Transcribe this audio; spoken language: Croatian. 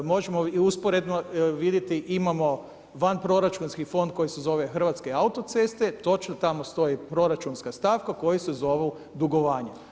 Možemo i usporedno vidjeti, imamo vanproračunski fond koji se zove Hrvatske autoceste točno tamo stoji proračunska stavka koji se zovu dugovanja.